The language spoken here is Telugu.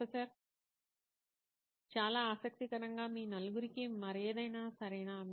ప్రొఫెసర్ చాలా ఆసక్తికరంగా మీ నలుగురికీ మరేదైనా సరేనా